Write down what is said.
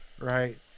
Right